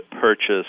purchase